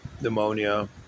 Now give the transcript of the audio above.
pneumonia